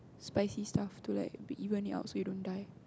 spicy stuff to like even it put so you don't die